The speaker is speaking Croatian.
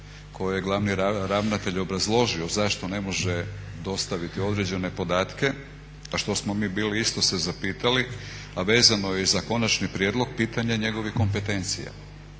koje je glavni ravnatelj obrazložio zašto ne može dostaviti određene podatke, a što smo mi bili isto se zapitali, a vezano je i za konačni prijedlog, pitanje njegovih kompetencija.